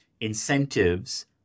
incentives